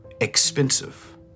expensive